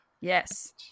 Yes